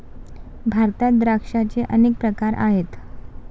भारतात द्राक्षांचे अनेक प्रकार आहेत